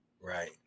right